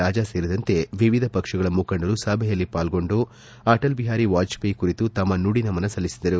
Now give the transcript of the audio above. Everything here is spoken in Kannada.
ರಾಜಾ ಸೇರಿದಂತೆ ವಿವಿಧ ಪಕ್ಷಗಳ ಮುಖಂಡರು ಸಭೆಯಲ್ಲಿ ಪಾಲ್ಗೊಂಡು ಅಟಲ್ ಬಿಹಾರಿ ವಾಜಪೇಯಿ ಕುರಿತು ತಮ್ನ ನುಡಿನಮನ ಸಲ್ಲಿಸಿದರು